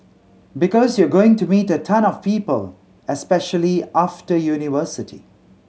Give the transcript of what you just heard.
because you're going to meet a ton of people especially after university